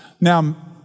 Now